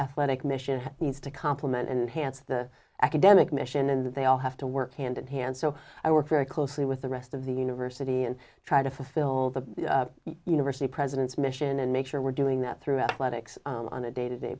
athletic mission needs to complement and hance the academic mission and they all have to work hand in hand so i work very closely with the rest of the university and try to fulfill the university president's mission and make sure we're doing that throughout led ics on a day to day